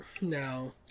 No